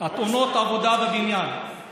העבודה בבניין,